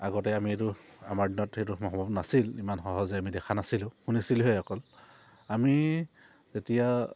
আগতে আমি এইটো আমাৰ দিনত সেইটো সম্ভৱ নাছিল ইমান সহজে আমি দেখা নাছিলোঁ শুনিছিলোঁহে অকল আমি যেতিয়া